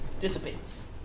Dissipates